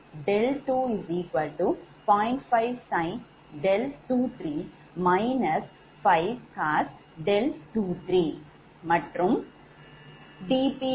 5sin𝛿23−5cos𝛿23 மற்றும் 𝑑𝑃3𝑑𝛿20